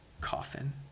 coffin